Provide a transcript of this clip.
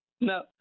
No